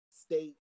state